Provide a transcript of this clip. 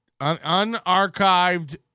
unarchived